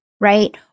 right